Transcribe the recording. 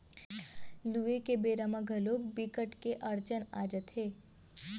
लूए के बेरा म घलोक बिकट के अड़चन आ जाथे